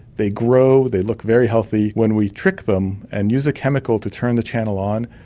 they grow, they look very healthy. when we trick them and use a chemical to turn the channel on,